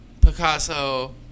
Picasso